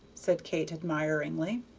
said kate, admiringly.